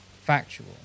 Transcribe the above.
factual